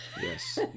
Yes